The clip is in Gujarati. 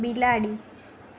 બિલાડી